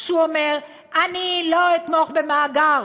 שהוא אומר: אני לא אתמוך במאגר